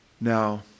Now